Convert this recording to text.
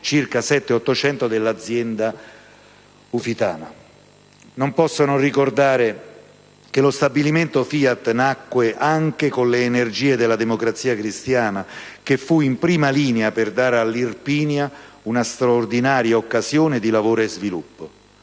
Non posso non ricordare che lo stabilimento FIAT nacque anche con le energie della Democrazia Cristiana, che fu in prima linea per dare all'Irpinia una straordinaria occasione di lavoro e di sviluppo.